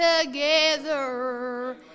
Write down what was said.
together